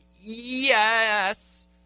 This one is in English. Yes